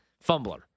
fumbler